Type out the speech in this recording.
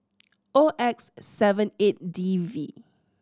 O X seven eight D V